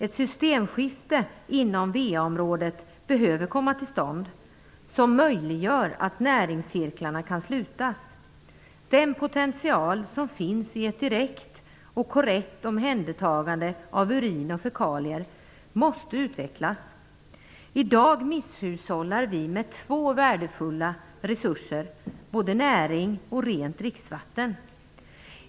Ett systemskifte inom va-området som möjliggör att näringscirklarna sluts behöver komma till stånd. Den potential som finns i ett direkt och korrekt omhändertagande av urin och fekalier måste utvecklas. I dag misshushållar vi med två värdefulla resurser, både näring och rent dricksvatten.